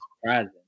surprising